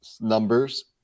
numbers